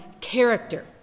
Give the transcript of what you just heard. character